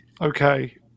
Okay